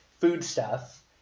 foodstuff